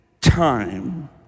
time